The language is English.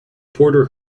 porter